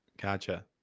Gotcha